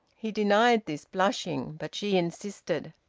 he denied this, blushing, but she insisted.